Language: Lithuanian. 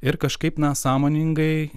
ir kažkaip na sąmoningai